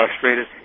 frustrated